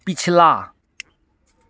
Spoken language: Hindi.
पिछला